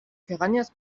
piranhas